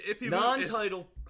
Non-title